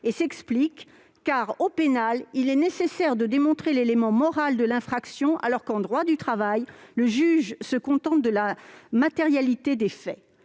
justifiée : au pénal, il est nécessaire de démontrer l'élément moral de l'infraction, alors qu'en droit du travail le juge se contente de la matérialité des faits.